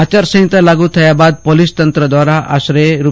આચારસંહિતા લાગુ થયા બાદ પોલીસ તંત્ર દ્વારા આશરે રૂ